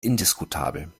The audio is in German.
indiskutabel